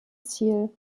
ziel